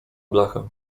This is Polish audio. blachę